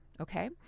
Okay